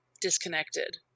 disconnected